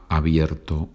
abierto